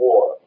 War